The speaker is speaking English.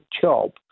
job